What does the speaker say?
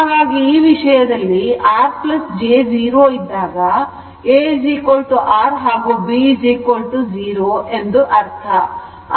ಹಾಗಾಗಿ ಈ ವಿಷಯದಲ್ಲಿ R j 0 ಇದ್ದಾಗ a R ಹಾಗೂ b 0 ಎಂದು ಅರ್ಥ